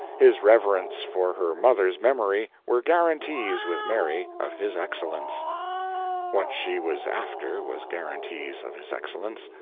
his reverence for her mother's memory, were guarantees with mary of his excellence what she was after was guarantees of his excellence.